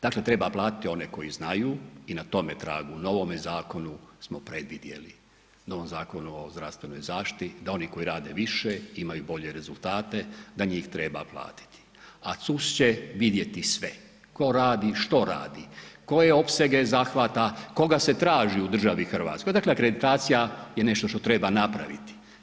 Dakle, treba platiti one koji znaju i na tome tragu u novome zakonu smo predvidjeli, novom Zakonu o zdravstvenoj zaštiti, da oni koji rade više, imaju bolje rezultate, da njih treba platiti, a CUS će vidjeti sve, tko radi, što radi, koje opsege zahvata, koga se traži u državi Hrvatskoj, dakle, akreditacija je nešto što treba napraviti.